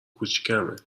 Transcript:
کوچیکمه